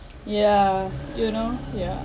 yeah you know yeah